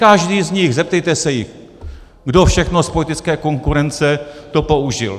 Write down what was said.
Každý z nich zeptejte se jich kdo všechno z politické konkurence to použil.